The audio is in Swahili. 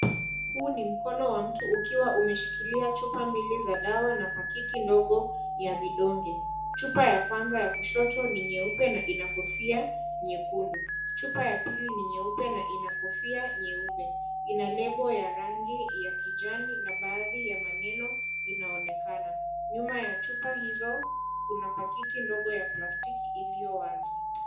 Huu ni mkono wa mtu ukiwa umeshikilia chupa mbili za dawa na pakiti ndogo ya vidonge. Chupa ya kwanza ya kushoto ni nyeupe na ina kofia nyekundu. Chupa ya pili ni nyeupe na ina kofia nyeupe. Ina label ya rangi ya kijani na baadhi ya maneno inaonekana. Nyuma ya chupa hizo kuna pakiti ndogo ya plastiki iliyo wazi.